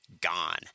gone